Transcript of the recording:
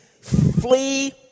flee